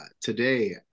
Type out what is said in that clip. today